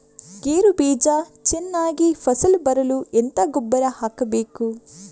ಗೇರು ಬೀಜ ಚೆನ್ನಾಗಿ ಫಸಲು ಬರಲು ಎಂತ ಗೊಬ್ಬರ ಹಾಕಬೇಕು?